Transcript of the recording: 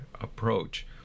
approach